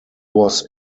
was